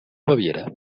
baviera